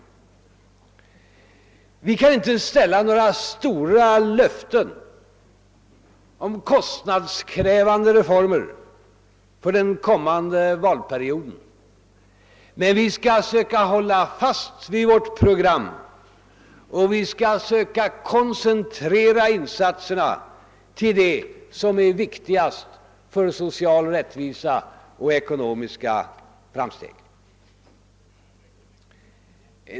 Vi kan inte ge några stora löften om kostnadskrävande reformer under den kommande valperioden. Men vi skall söka hålla fast vid vårt program, och vi skall söka koncentrera insatserna till det som är viktigast för social rättvisa och ekonomiska framsteg.